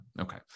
Okay